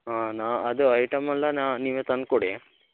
ಹಾಂ ನಾ ಅದು ಐಟಮ್ಮಲ್ಲ ನಾ ನೀವೇ ತಂದು ಕೊಡಿ